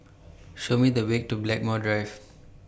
Show Me The Way to Blackmore Drive